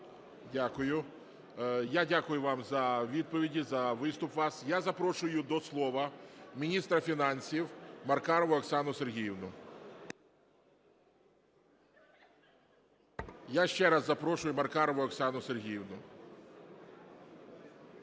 Дякую. Я дякую вам за відповіді, за виступ ваш. Я запрошую до слова міністра фінансів Маркарову Оксану Сергіївну. Я ще раз запрошую Маркарову Оксану Сергіївну.